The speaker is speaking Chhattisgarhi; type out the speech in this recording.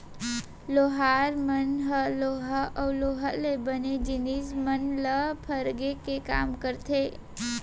लोहार मन ह लोहा अउ लोहा ले बने जिनिस मन ल फरगे के काम करथे